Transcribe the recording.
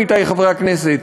עמיתי חברי הכנסת,